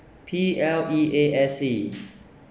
P L E A S E